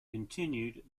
continued